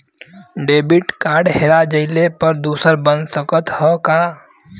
Debit card हेरा जइले पर दूसर बन सकत ह का?